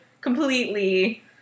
completely